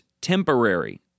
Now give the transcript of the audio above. temporary